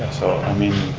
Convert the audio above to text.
so i mean,